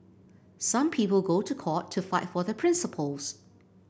some people go to court to fight for their principles